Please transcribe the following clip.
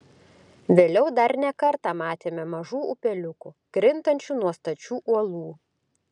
vėliau dar ne kartą matėme mažų upeliukų krintančių nuo stačių uolų